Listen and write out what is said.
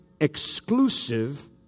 exclusive